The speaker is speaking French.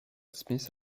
smith